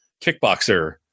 Kickboxer